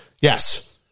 yes